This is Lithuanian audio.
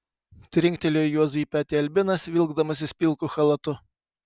trinktelėjo juozui į petį albinas vilkdamasis pilku chalatu